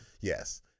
Yes